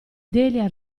delia